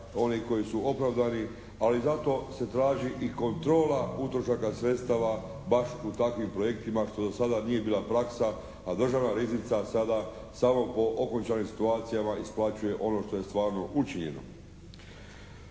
onih koji su opravdani. Ali zato se traži i kontrola utrošaka sredstava baš u takvim projektima što do sada nije bila praksa a državna riznica sada samo po okončanim situacijama isplaćuje ono što je stvarno učinjeno.